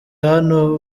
hano